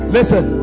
Listen